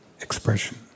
expression